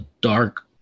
dark